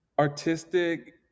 artistic